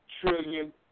trillion